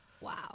Wow